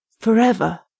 Forever